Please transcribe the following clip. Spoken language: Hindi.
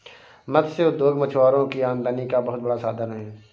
मत्स्य उद्योग मछुआरों की आमदनी का बहुत बड़ा साधन है